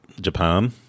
Japan